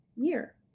year